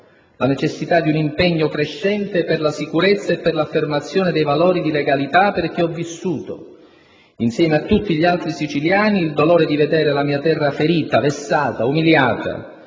la necessità di un impegno crescente per la sicurezza e per l'affermazione dei valori di legalità perché ho vissuto, insieme a tutti gli altri siciliani, il dolore di vedere la mia terra ferita, vessata, umiliata